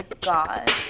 God